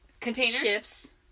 containers